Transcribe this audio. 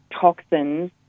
toxins